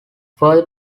further